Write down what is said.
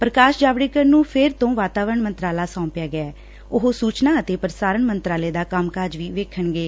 ਪ੍ਕਾਸ਼ ਜਾਵੜੇਕਰ ਨੂੰ ਫੇਰ ਤੋਂ ਵਾਤਾਵਰਨ ਮੰਤਰਾਲਾ ਸੋਪਿਆ ਗਿਆ ਉਹ ਸੂਚਨਾ ਅਤੇ ਪ੍ਸਾਰਣ ਮੰਤਰਾਲੇ ਦਾ ਕੰਮਕਾਜ ਵੀ ਵੇਖਣਗੇ